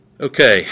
Okay